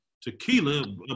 tequila